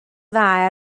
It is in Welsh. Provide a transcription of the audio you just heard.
dda